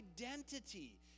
identity